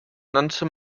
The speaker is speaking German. nannte